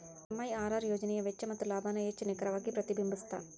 MIRR ಯೋಜನೆಯ ವೆಚ್ಚ ಮತ್ತ ಲಾಭಾನ ಹೆಚ್ಚ್ ನಿಖರವಾಗಿ ಪ್ರತಿಬಿಂಬಸ್ತ